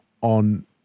on